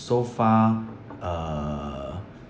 so far uh